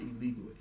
illegal